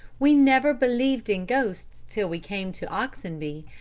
we never believed in ghosts till we came to oxenby,